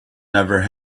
never